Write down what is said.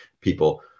people